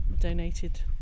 donated